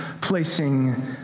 placing